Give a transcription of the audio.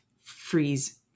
freeze